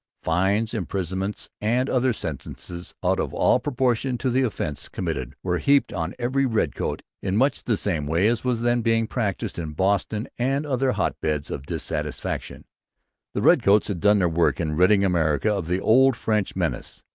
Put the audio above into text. fines, imprisonments, and other sentences, out of all proportion to the offence committed, were heaped on every redcoat in much the same way as was then being practised in boston and other hotbeds of disaffection. the redcoats had done their work in ridding america of the old french menace.